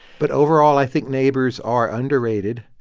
but overall, i think neighbors are underrated.